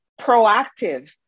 proactive